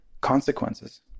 consequences